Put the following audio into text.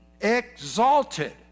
exalted